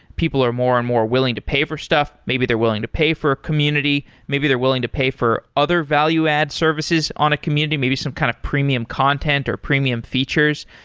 people are more and more willing to pay for stuff, maybe they're willing to pay for a community, maybe they're willing to pay for other value-add services on a community, maybe some kind of premium content or premium features.